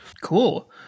cool